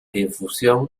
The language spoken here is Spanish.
infusión